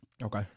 Okay